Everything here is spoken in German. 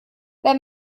wenn